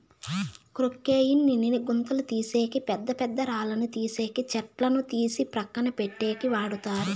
క్రొక్లేయిన్ ని గుంతలు తీసేకి, పెద్ద పెద్ద రాళ్ళను తీసేకి, చెట్లను తీసి పక్కన పెట్టేకి వాడతారు